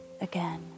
again